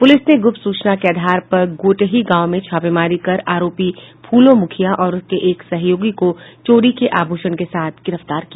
police ने गुप्त सूचना के आधार पर गोटही गांव में छापेमारी कर आरोपी फुलो मुखिया और उसके एक सहयोगी को चोरी के आभूषण के साथ गिरफ्तार किया